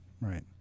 right